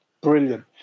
brilliant